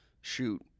shoot